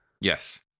Yes